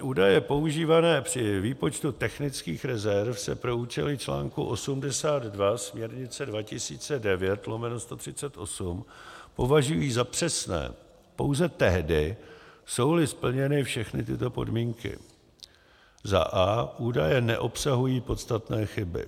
Údaje používané při výpočtu technických rezerv se pro účely článku 82 směrnice 2009/138 považují za přesné pouze tehdy, jsouli splněny všechny tyto podmínky: a) údaje neobsahují podstatné chyby;